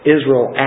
Israel